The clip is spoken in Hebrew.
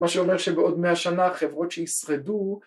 מה שאומר שבעוד מאה שנה חברות שישרדו